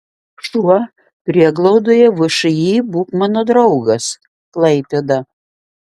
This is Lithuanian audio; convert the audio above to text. šuo prieglaudoje všį būk mano draugas klaipėda